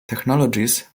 technologies